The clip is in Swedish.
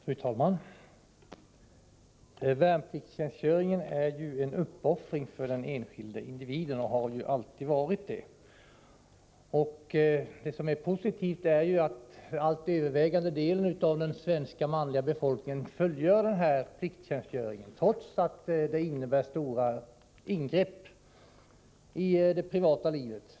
Fru talman! Värnpliktstjänstgöringen är och har alltid varit en uppoffring för den enskilde individen. Det är positivt att övervägande delen av den svenska manliga befolkningen fullgör denna plikttjänstgöring, trots att den innebär stora ingrepp i det privata livet.